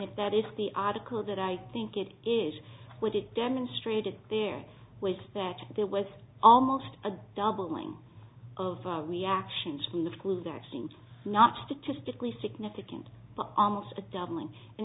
if that is the article that i think it is what it demonstrated there was that there was almost a doubling of reactions from the flu vaccine not statistically significant but almost a doubling and